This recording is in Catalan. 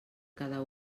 cada